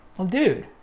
well dude,